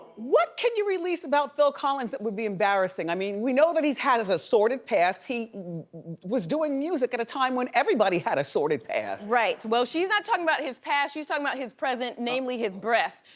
what can you release about phil collins that will be embarrassing? i mean we know that he's had as a sorted past, he was doing music at a time when everybody had a sorted past. right. well, she's not talking about his past, she's talking about his present, namely his breath.